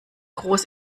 groß